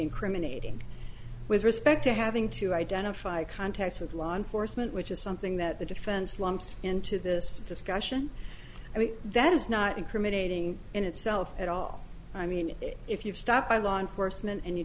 in criminate him with respect to having to identify contacts with law enforcement which is something that the defense lumped into this discussion i mean that is not incriminating in itself at all i mean if you stop by law enforcement and you